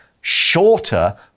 shorter